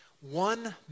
One